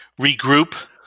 regroup